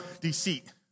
deceit